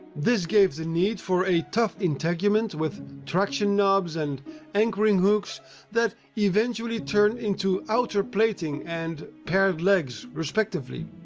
this gave the need for a tough integument with traction knobs and anchoring hooks that eventually turned into outer plating and paired legs, respectively.